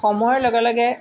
সময়ৰ লগে লগে